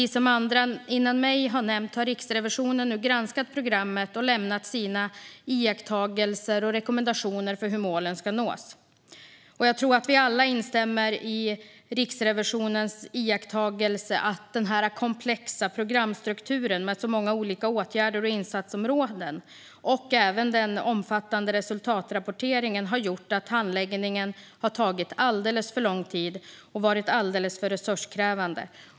Som andra före mig har nämnt har Riksrevisionen nu granskat programmet och lämnat sina iakttagelser och rekommendationer för hur målen ska nås. Jag tror att vi alla instämmer i Riksrevisionens iakttagelse att den komplexa programstrukturen med många olika åtgärder och insatsområden samt den omfattande resultatrapporteringen har gjort att handläggningen har tagit alldeles för lång tid och varit för resurskrävande.